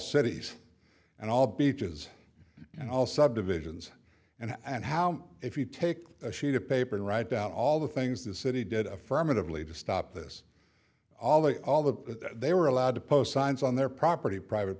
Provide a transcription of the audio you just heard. cities and all beaches and all subdivisions and and how if you take a sheet of paper and write down all the things the city did affirmatively to stop this all they all that they were allowed to post signs on their property private